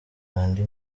andy